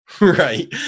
Right